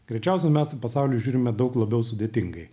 greičiausiai mes į pasaulį žiūrime daug labiau sudėtingai